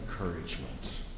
encouragement